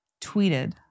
tweeted